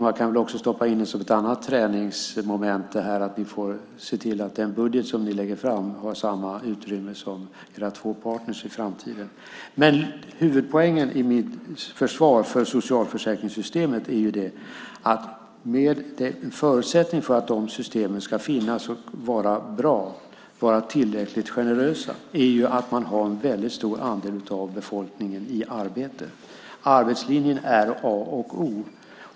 Man kan väl också stoppa in ett annat träningsmoment, nämligen att ni får se till att den budget som ni lägger fram har samma utrymme som era två partner i framtiden. Huvudpoängen i mitt försvar för socialförsäkringssystemet är att en förutsättning för att de systemen ska finnas och vara bra och tillräckligt generösa är att man har en väldigt stor andel av befolkningen i arbete. Arbetslinjen är A och O.